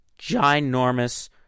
ginormous